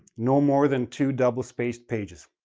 no more than two double-spaced pages.